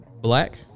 Black